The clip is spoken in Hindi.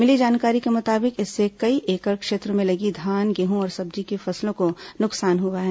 मिली जानकारी के मुताबिक इससे कई एकड़ क्षेत्रों में लगी धान गेहूं और सब्जी की फसलों को नुकसान हुआ है